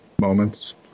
moments